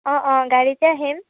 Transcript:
অঁ অঁ গাড়ীতে আহিম